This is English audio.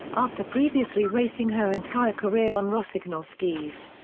after previously racing her entire career on rossignol skis.